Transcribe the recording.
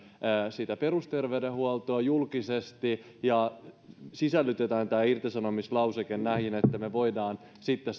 sitä perusterveydenhuoltoa julkisesti ja sisällytetään tämä irtisanomislauseke näihin että me voimme sitten